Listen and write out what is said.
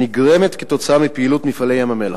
הנגרמת כתוצאה מפעילות מפעלי ים-המלח.